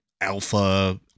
Alpha